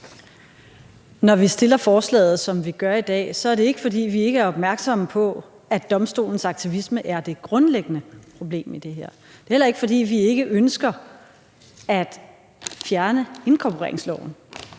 Når vi fremsætter forslaget, som vi gør i dag, er det ikke, fordi vi ikke er opmærksomme på, at Domstolens aktivisme er det grundlæggende problem i det her. Det er heller ikke, fordi vi ikke ønsker at fjerne inkorporeringsloven.